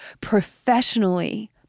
professionally